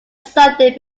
sunday